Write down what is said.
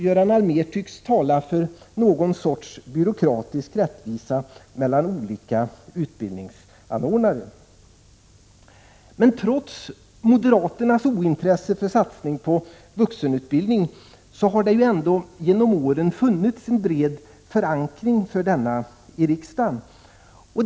Göran Allmér tycks tala för någon sorts byråkratisk rättvisa mellan olika utbildningsanordnare. Trots moderaternas ointresse för satsningar på vuxenutbildning har det ändå genom åren funnits en bred förankring för denna i riksdagen.